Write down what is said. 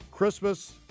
Christmas